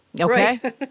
Okay